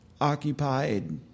occupied